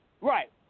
Right